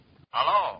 Hello